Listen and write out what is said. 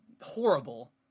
Horrible